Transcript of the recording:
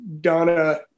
Donna